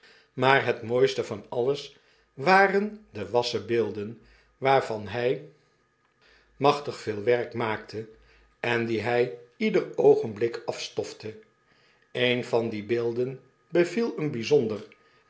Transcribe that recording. maar het mooiste van alles waren de wassenbeelden waarvan hy machtig veel werk maakte en die hy ieder oogenblik afstofte een van die beelden beviel hem bijzonder